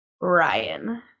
Ryan